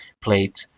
played